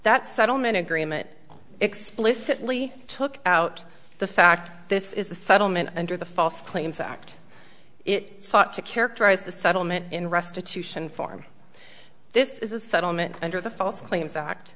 that settlement agreement explicitly took out the fact this is a settlement under the false claims act it sought to characterize the settlement in restitution form this is a settlement under the false claims